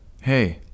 Hey